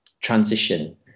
transition